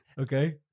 okay